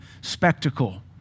spectacle